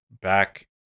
back